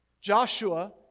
Joshua